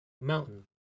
mountain